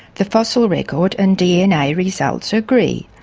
the fossil records and dna results agree.